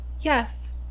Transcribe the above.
yes